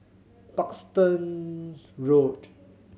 Parkstone Road